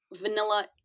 vanilla